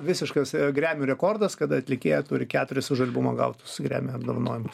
visiškas grammy rekordas kada atlikėja turi keturis už albumą gautus grammy apdovanojimus